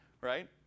right